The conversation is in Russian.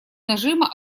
нажима